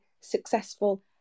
successful